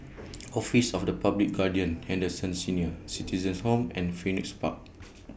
Office of The Public Guardian Henderson Senior Citizens' Home and Phoenix Park